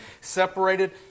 separated